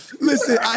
listen